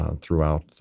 throughout